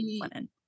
women